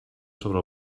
sobre